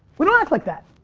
we don't act like that.